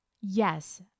Yes